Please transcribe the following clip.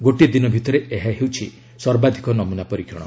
ଗୋଟିଏ ଦିନ ଭିତରେ ଏହା ହେଉଛି ସର୍ବାଧିକ ନମୁନା ପରୀକ୍ଷଣ